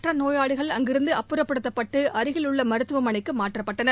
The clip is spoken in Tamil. மற்ற நோயாளிகள் அங்கிருந்து அப்புறப்படுத்தப்பட்டு அருகில் உள்ள மருத்துவமனைக்கு மாற்றப்பட்டனர்